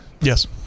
Yes